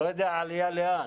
אני לא יודע עלייה לאן.